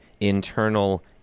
internal